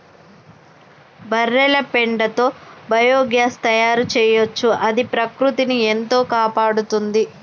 బర్రెల పెండతో బయోగ్యాస్ తయారు చేయొచ్చు అది ప్రకృతిని ఎంతో కాపాడుతుంది